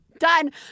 done